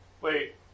Wait